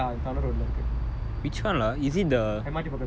tan teo clinic ya road towner road லே இருக்கு:lae irukku